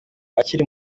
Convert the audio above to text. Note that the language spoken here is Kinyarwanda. akiri